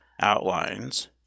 Outlines